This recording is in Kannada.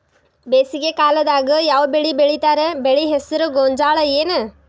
ಬೇಸಿಗೆ ಕಾಲದಾಗ ಯಾವ್ ಬೆಳಿ ಬೆಳಿತಾರ, ಬೆಳಿ ಹೆಸರು ಗೋಂಜಾಳ ಏನ್?